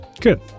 good